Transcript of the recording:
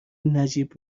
نجیب